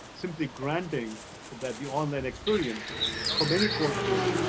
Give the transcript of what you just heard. simply granting that the online experience for many courses,